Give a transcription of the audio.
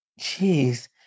Jeez